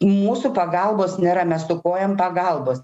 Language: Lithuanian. mūsų pagalbos nėra mes stokojam pagalbos